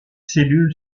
cellule